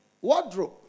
wardrobe